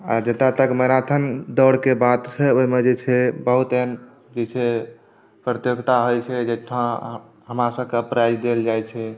आ जतऽ तक मैराथन दौड़के बात छै ओहिमे जे छै बहुत एहन जे छै प्रतियोगिता होइ छै जाहिठाम हमरा सभकेँ प्राइज देल जाइ छै